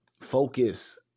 focus